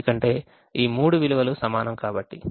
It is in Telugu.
ఎందుకంటే ఈ మూడు విలువలు సమానం కాబట్టి